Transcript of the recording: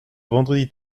vendredi